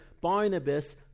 barnabas